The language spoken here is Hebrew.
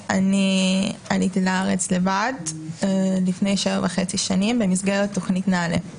ועליתי לארץ לבד לפני שבע שנים וחצי במסגרת תוכנית נעל"ה.